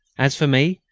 as for me,